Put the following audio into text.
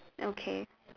okay